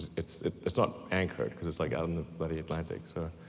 it's it's not anchored, cause it's like out in the bloody atlantic. so,